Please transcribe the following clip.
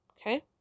Okay